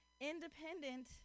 independent